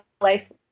life